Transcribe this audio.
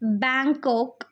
Bangkok